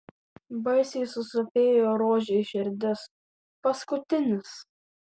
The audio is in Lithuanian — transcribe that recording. baisiai susopėjo rožei širdis paskutinis